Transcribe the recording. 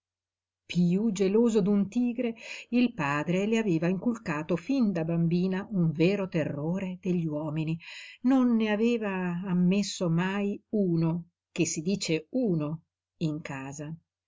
piú geloso d'un tigre il padre le aveva inculcato fin da bambina un vero terrore degli uomini non ne aveva ammesso mai uno che si dice uno in casa